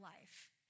life